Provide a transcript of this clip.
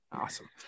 Awesome